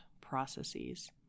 processes